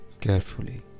carefully